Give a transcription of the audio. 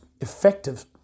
effective